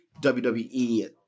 WWE